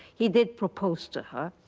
he did propose to her.